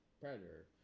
Predator